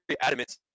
adamant